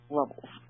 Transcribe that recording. levels